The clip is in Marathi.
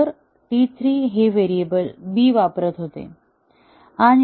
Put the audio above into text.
तर T 3 हे व्हेरिएबल b वापरत होते